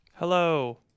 Hello